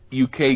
uk